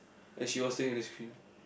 and she was staring at the screen